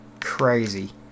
crazy